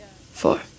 four